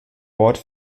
ort